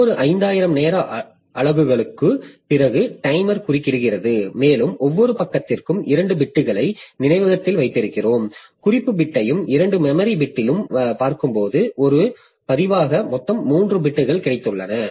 ஒவ்வொரு 5000 நேர அலகுகளுக்கும் பிறகு டைமர் குறுக்கிடுகிறது மேலும் ஒவ்வொரு பக்கத்திற்கும் 2 பிட்டுகளை நினைவகத்தில் வைத்திருக்கிறோம் குறிப்பு பிட்டையும் 2 மெமரி பிட்டிலும் பார்க்கும்போது ஒரு பதிவாக மொத்தம் 3 பிட்கள் கிடைத்துள்ளன